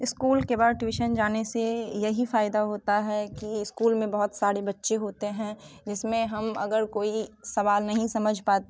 school के बाद tuition जाने से यही फायदा होता है कि इस्कूल में बहुत सारे बच्चे होते हैं जिसमें हम अगर कोई सवाल नहीं समझ